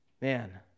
Man